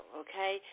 okay